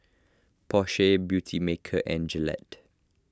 Porsche Beautymaker and Gillette